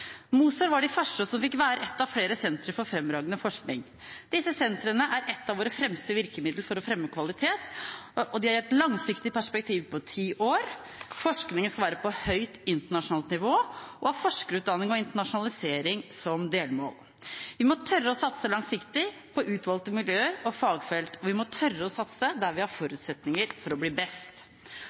Moser var den første som fikk lede ett av flere sentre for fremragende forskning. Disse sentrene er ett av våre fremste virkemidler for å fremme kvalitet, og det i et langsiktig perspektiv på ti år. Forskningen skal være på høyt internasjonalt nivå og har forskerutdanning og internasjonalisering som delmål. Vi må tørre å satse langsiktig på utvalgte miljøer og fagfelt. Vi må tørre å satse der vi har forutsetninger for å bli best.